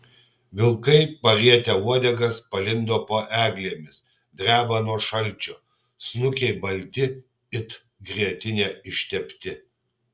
vilkai parietę uodegas palindo po eglėmis dreba nuo šalčio snukiai balti it grietine ištepti